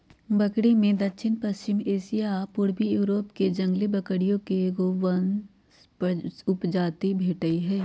बकरिमें दक्षिणपश्चिमी एशिया आ पूर्वी यूरोपके जंगली बकरिये के एगो वंश उपजाति भेटइ हइ